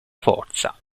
forza